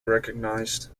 recognized